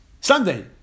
Sunday